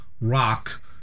rock